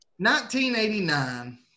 1989